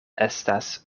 estas